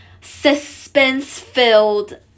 suspense-filled